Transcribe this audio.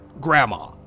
grandma